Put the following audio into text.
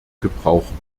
gebrauchen